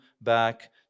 back